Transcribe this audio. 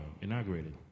inaugurated